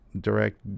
direct